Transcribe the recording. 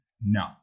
No